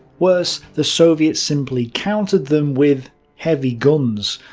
worse, the soviets simply countered them with heavy guns,